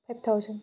five thousand